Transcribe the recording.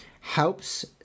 helps